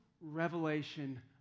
revelation